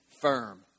firm